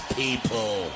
people